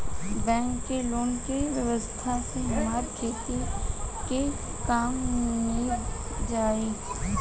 bank के loan के व्यवस्था से हमार खेती के काम नीभ जाई